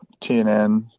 TNN